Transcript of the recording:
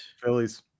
Phillies